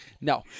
No